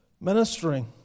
ministering